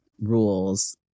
rules